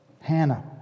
Hannah